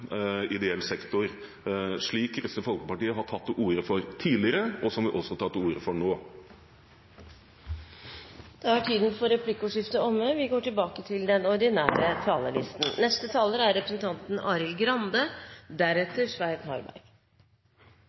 ideell sektor, slik Kristelig Folkeparti har tatt til orde for tidligere, og som vi også tar til orde for nå. Replikkordskiftet er omme.